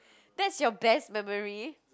that's your best memory